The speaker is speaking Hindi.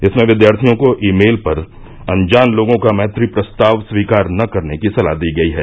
इसमें विद्यार्थियों को ई मेल पर अनजान लोगों का मैत्री प्रस्ताव स्वीकार न करने की सलाह दी गई है